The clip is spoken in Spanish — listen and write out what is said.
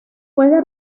puede